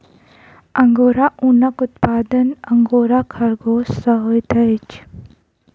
angora ऊनक उत्पादन angora खरगोश सॅ होइत अछि